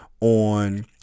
on